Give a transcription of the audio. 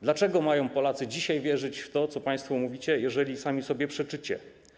Dlaczego Polacy mają dzisiaj wierzyć w to, co państwo mówicie, jeżeli sami sobie przeczycie?